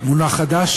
מונח חדש,